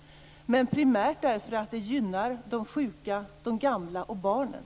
- utan primärt därför att det gynnar de sjuka, de gamla och barnen.